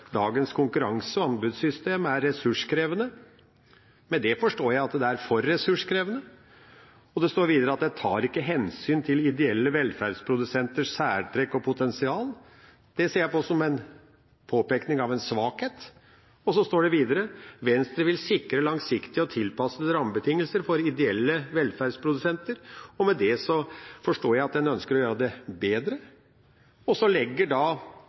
dagens konkurranse- og anbudssystem er ressurskrevende. Med det forstår jeg at det er for ressurskrevende. Og det står videre at det ikke tar hensyn til ideelle velferdsprodusenters særtrekk og potensial. Det ser jeg på som en påpekning av en svakhet. Og så står det videre: «Venstre vil sikre langsiktige og tilpassede rammebetingelser for ideelle velferdsprodusenter.» Med det forstår jeg at en ønsker å gjøre det bedre. Og så legger da